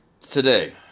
Today